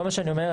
כל מה שאני אומר,